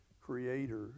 creator